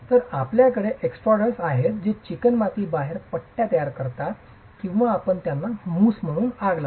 तर आपल्याकडे हे एक्स्ट्रोडर्स आहेत जे चिकणमाती बाहेर येताच पट्ट्या तयार करतात किंवा आपण त्यांना मूस करून आग लावतात